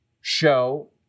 show